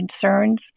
concerns